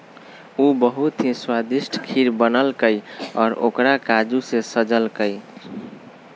उ बहुत ही स्वादिष्ट खीर बनल कई और ओकरा काजू से सजल कई